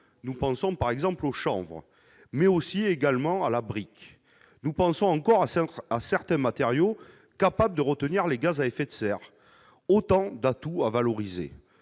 Je pense, par exemple, au chanvre, mais également à la brique, ou encore à certains matériaux capables de retenir les gaz à effet de serre, autant d'atouts à valoriser